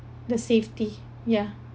the safety ya